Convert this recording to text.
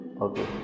Okay